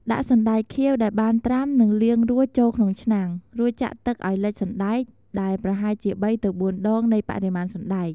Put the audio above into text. ដាក់ សណ្ដែកខៀវ ដែលបានត្រាំ និងលាងរួចចូលក្នុងឆ្នាំង រួចចាក់ទឹកឱ្យលិចសណ្ដែក ដែលប្រហែលជា ២-៣ ដងនៃបរិមាណសណ្ដែក។